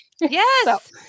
Yes